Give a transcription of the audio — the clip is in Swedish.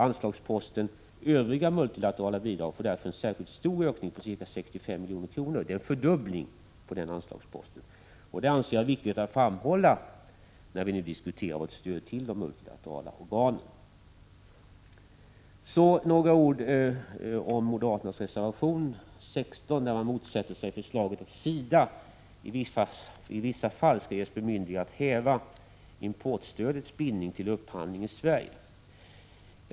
Anslagsposten Övriga multilaterala bidrag får därför en särskilt stor ökning på ca 65 milj.kr. Det är en fördubbling av den anslagsposten. Jag anser att detta är viktigt att framhålla när vi diskuterar vårt stöd till de multilaterala organen. Så några ord om moderaternas reservation 16 där man motsätter sig förslaget att SIDA i vissa fall skall ges bemyndigande att häva importstödets bindning till upphandling i Sverige.